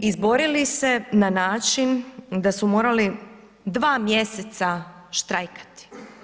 Izborili se na način da su morali 2 mjeseca štrajkati.